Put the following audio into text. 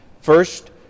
First